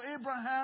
abraham